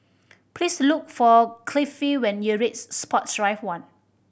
please look for Cliffie when you reach Sports Drive One